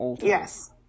yes